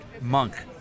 Monk